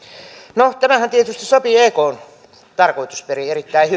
no tämähän tietysti sopii ekn tarkoitusperiin erittäin